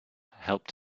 helped